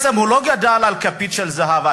הוא לא גדל עם כפית של זהב.